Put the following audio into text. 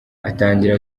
atangira